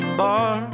bar